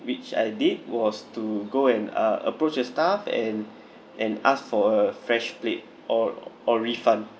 which I did was to go and uh approached the staff and and asked for a fresh plate or or refund